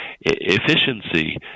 Efficiency